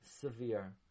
severe